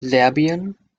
serbien